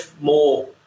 more